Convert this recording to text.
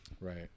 right